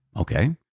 Okay